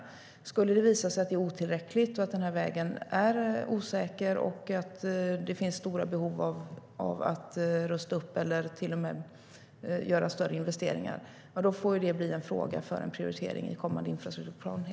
Om det skulle visa sig att de är otillräckliga och att vägen är osäker och att det finns stora behov av att rusta upp eller till och med göra större investeringar får det helt enkelt bli en prioriteringsfråga i kommande infrastrukturplaner.